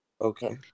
Okay